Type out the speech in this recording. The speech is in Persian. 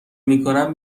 میکنم